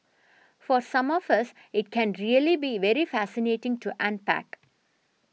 for some of us it can really be very fascinating to unpack